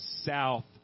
south